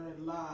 love